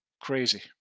crazy